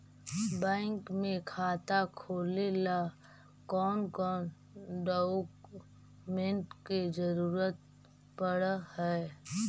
Bank में खाता खोले ल कौन कौन डाउकमेंट के जरूरत पड़ है?